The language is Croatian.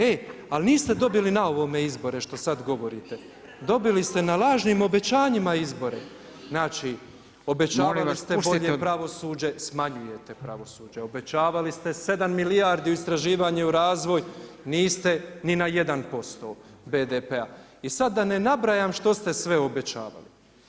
E ali niste dobili na ovome izbore što sada govorite, dobili ste na lažnim obećanjima izbore. znači obećavali ste bolje pravosuđe, smanjujete pravosuđe, obećavali ste sedam milijardi u istraživanje i u razvoj, niste ni na 1% BDP-a i sada da ne nabrajam što ste sve obećavali.